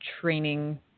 training